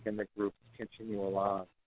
and the groups continue along.